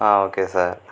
okay sir